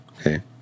Okay